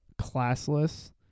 classless